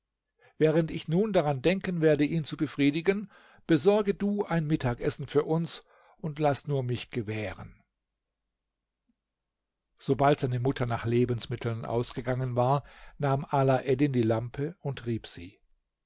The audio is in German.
während ich nun daran denken werde ihn zu befriedigen besorge du ein mittagessen für uns und laß nur mich gewähren sobald seine mutter nach lebensmitteln ausgegangen war nahm alaeddin die lampe und rieb sie